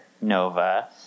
Nova